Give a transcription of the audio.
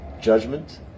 judgment